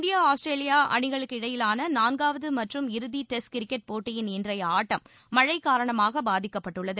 India Australia இடையேயாள நான்காவது மற்றும் இறுதி டெஸ்ட் கிரிக்கெட் போட்டியின் இன்றைய ஆட்டம் மழை காரணமாக பாதிக்கப்பட்டுள்ளது